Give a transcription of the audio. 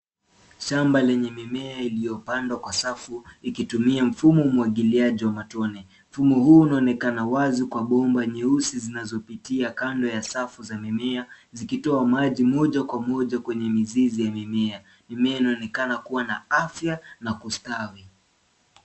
Shamba lenye mimea iliyopandwa kwa safu ikitumia mfumo wa umwagiliaji wa matone. Mfumo huu unaonekana wazi kwa bomba nyeusi zinazopitia kando ya safu za mimea zikitoa maji moja kwa moja kwenye mizizi ya mimea. Mimea inaonekana kuwa na afya na kustawi.